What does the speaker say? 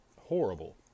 Horrible